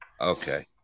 Okay